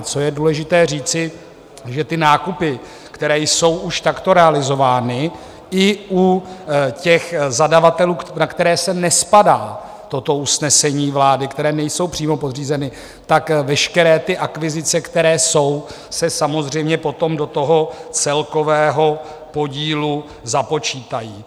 Co je důležité říci, že nákupy, které jsou už takto realizovány, i u těch zadavatelů, na které nespadá toto usnesení vlády, které nejsou přímo podřízeni, tak veškeré akvizice, které jsou, se samozřejmě potom do toho celkového podílu započítají.